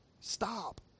Stop